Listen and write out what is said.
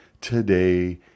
today